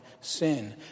sin